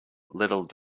little